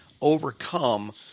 overcome